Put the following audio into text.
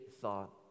thought